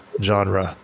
genre